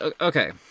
okay